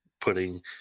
putting